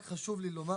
רק חשוב לי לומר